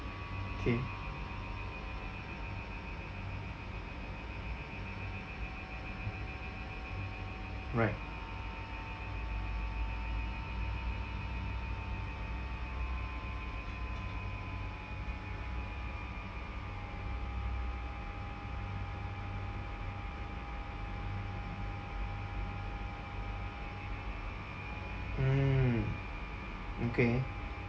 K right mm okay